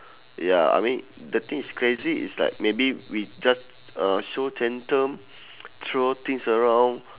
ya I mean the thing is crazy is like maybe we just uh show tantrum throw things around